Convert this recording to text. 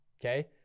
Okay